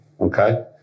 okay